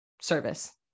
service